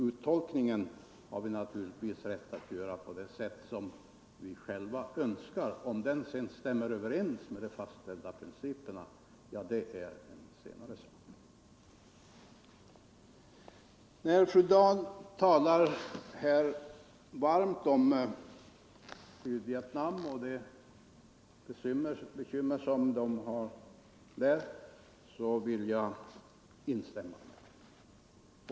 Uttolkningen har vi naturligtvis rätt att göra på det sätt vi själva önskar. Om den sedan stämmer överens med de fastställda principerna är en senare sak. När fru Dahl talar varmt om Sydvietnam och de bekymmer människorna har där vill jag instämma.